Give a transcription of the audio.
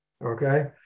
Okay